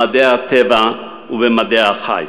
במדעי הטבע ובמדעי החי.